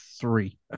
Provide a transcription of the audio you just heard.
three